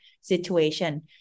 situation